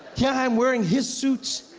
here i am wearing his suit,